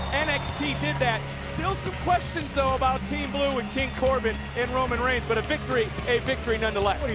nxt did that. still some questions though about team blue and king corbin in roman reigns but a victory, a victory nonetheless.